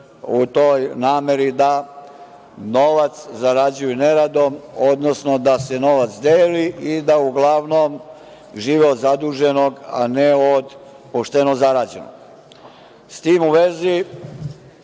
u toj nameri da novac zarađuju neradom, odnosno da se novac deli i da uglavnom žive od zaduženog, a ne od pošteno zarađenog.S tim u vezi,